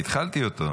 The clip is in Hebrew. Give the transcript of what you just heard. אדוני היושב-ראש,